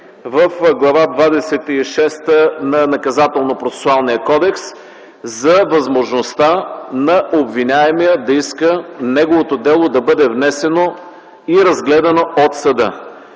кодекс - за възможността на обвиняемия да иска неговото дело да бъде внесено и разгледано от съда.